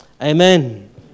Amen